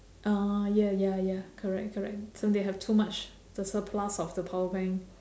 orh ya ya ya correct correct so they have too much the surplus of the power bank